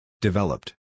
Developed